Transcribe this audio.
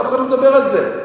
אף אחד לא מדבר על זה.